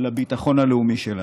לביטחון הלאומי שלנו.